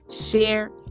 share